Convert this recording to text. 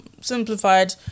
simplified